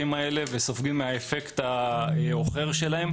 בדקתי האם צריך אישור מיוחד או הכשרה מיוחדת.